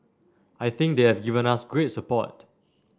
I think they have given us great support